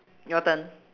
your turn